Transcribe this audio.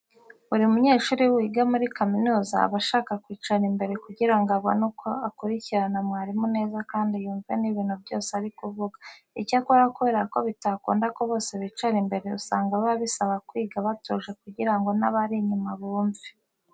Buri munyeshuri wese wiga muri kaminuza aba ashaka kwicara imbere kugira ngo abone uko akurikirana mwarimu neza kandi yumve n'ibintu byose ari kuvuga. Icyakora kubera ko bitakunda ko bose bicara imbere, usanga biba bisaba kwiga batuje kugira ngo n'abari inyuma bumve.